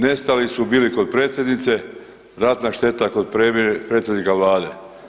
Nestali su bili kod predsjednice, radna šteta kod predsjednika Vlade.